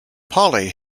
polly